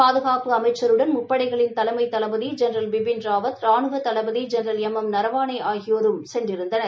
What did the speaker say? பாதுகாப்பு அமைச்சருடன் முப்படைகளின் தலைமை தளபதி ஜெனரல் பிபின் ராவத் ரானுவ தளபதி ஜெனரல் எம் எம் நரவாணே ஆகியோரும் சென்றிருந்தனர்